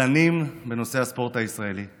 דנים בנושא הספורט הישראלי.